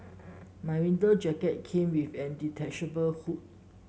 my winter jacket came with a detachable hood